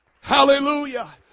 Hallelujah